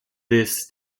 this